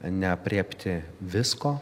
neaprėpti visko